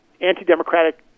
anti-democratic